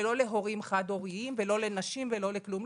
ולא להורים חד-הוריים ולא לנשים ולא לכלום.